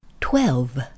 Twelve